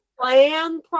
plan